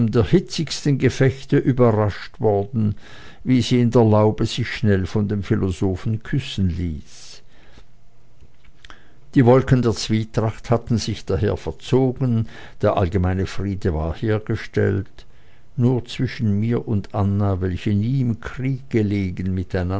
der hitzigsten gefechte überrascht worden wie sie in der laube sich schnell von dem philosophen küssen ließ die wolken der zwietracht hatten sich daher verzogen der allgemeine friede war hergestellt nur zwischen mir und anna welche nie im kriege gelegen